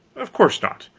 of course not.